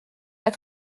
pas